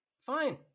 Fine